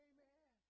Amen